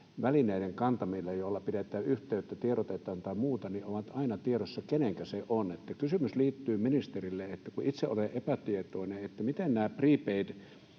välineiden kantamisesta, joilla pidetään yhteyttä, tiedotetaan tai muuta, on aina tiedossa, kenenkä se väline on. Kysymys liittyy ministerille, kun itse olen epätietoinen, miten nämä